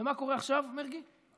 ומה קורה עכשיו, מרגי?